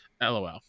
LOL